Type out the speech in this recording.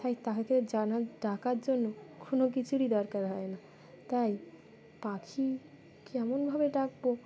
তাই তাদেরকে জানা ডাকার জন্য কোনো কিছুরই দরকার হয় না তাই পাখি কেমনভাবে ডাকবো